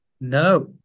no